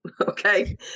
Okay